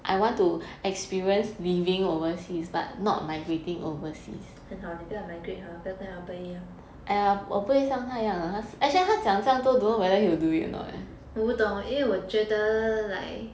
很好你不要 migrate !huh! 不要跟 albert 一样我不懂因为我觉得 like